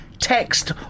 Text